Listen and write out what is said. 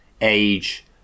age